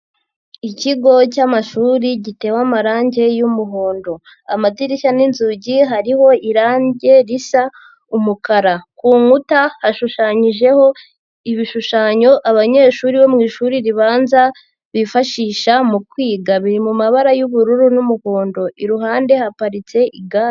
Ikigo cy'amashuri gitewe amarangi y'umuhondo amadirishya n'inzugi hariho irangi risa umukara ku nkuta hashushanyijeho ibishushanyo abanyeshuri bo mu ishuri ribanza bifashisha mu kwiga biri mu mumabara y'ubururu n'umuhondo iruhande haparitse igare.